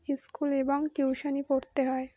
school এবং টিউশানি পড়তে হয়